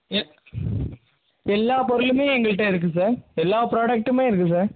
எ எல்லா பொருளுமே எங்கள்கிட்ட இருக்குது சார் எல்லா ஃப்ராடக்ட்டுமே இருக்குது சார்